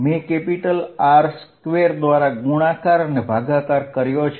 અહીં મેં R2 થી ગુણાકાર અને ભાગાકાર કર્યો છે